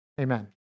Amen